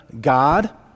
God